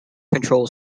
control